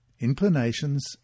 Inclinations